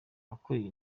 ukuriye